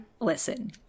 listen